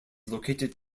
located